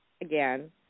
again